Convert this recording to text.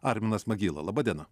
arminas magyla laba diena